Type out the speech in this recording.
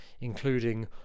including